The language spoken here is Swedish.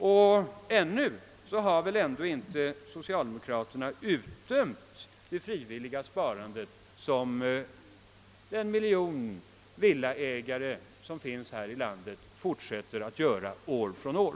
Och ännu har väl socialdemokraterna ändå inte utdömt det frivilliga sparande som de en miljon villaägarna här i landet fortsätter att fullgöra år efter år.